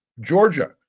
Georgia